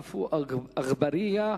יעלה חבר הכנסת עפו אגבאריה.